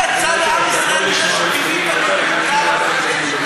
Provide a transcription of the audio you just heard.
קודם כול, למה עמדת מאחורי פינוי עמונה הראשון?